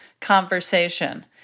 conversation